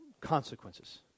consequences